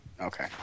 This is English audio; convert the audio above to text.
Okay